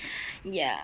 ya